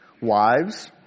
Wives